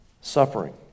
Suffering